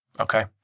okay